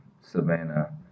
Savannah